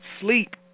sleep